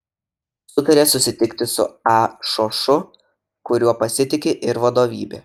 sutarė susitikti su a šošu kuriuo pasitiki ir vadovybė